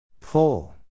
Pull